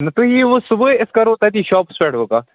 نہَ تُہۍ یِیِو وۅنۍ صُبحٲے أسۍ کَرو تَتی شاپَس پٮ۪ٹھ وۅنۍ کَتھ